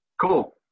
Cool